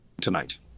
tonight